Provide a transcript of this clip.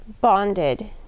bonded